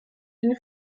une